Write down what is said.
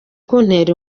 kuntera